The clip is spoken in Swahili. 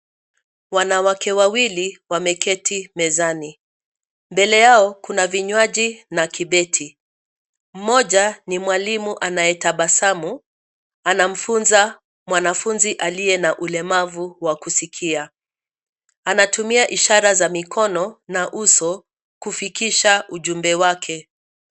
Wanawake wawili wameketi mezani, mbele yao kuna vinywaji na kibeti. Mmoja ni mwalimu anayetabasamu anamfunza mwanafunzi aliye na ulemavu wa kusikia, ana tumia ishara za mkono na uso kufikisha ujumbe wake.